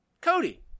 Cody